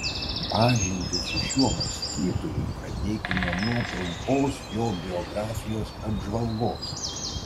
pažintį su šiuo mąstytoju pradėkime nuo trumpos jo biografijos apžvalgos